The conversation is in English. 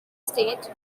state